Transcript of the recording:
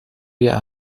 wir